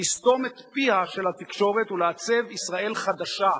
לסתום את פיה של התקשורת ולעצב ישראל חדשה,